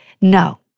No